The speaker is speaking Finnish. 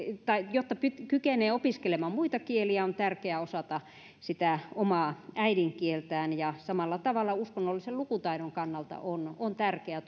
jotta kykenee opiskelemaan muita kieliä on tärkeä osata sitä omaa äidinkieltään ja samalla tavalla uskonnollisen lukutaidon kannalta on on tärkeää